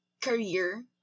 career